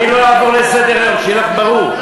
אני לא אעבור לסדר-היום, שיהיה לך ברור.